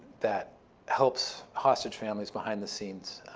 that helps hostage families behind the scenes